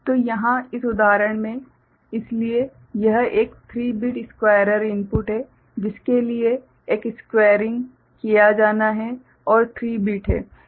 तो यहाँ इस उदाहरण में इसलिए यह एक 3 बिट स्क्वायरर इनपुट है जिसके लिए एक स्क्वेयरिंग किया जाना है और 3 बिट है